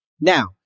Now